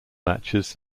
matches